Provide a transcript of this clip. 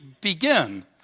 begin